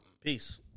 Peace